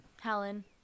Helen